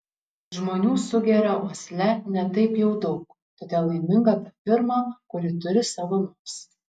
žmonių sugeria uosle ne taip jau daug todėl laiminga ta firma kuri turi savo nosį